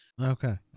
okay